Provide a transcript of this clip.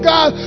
God